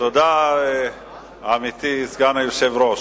תודה, עמיתי היושב-ראש,